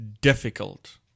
difficult